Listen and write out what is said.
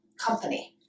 company